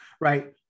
Right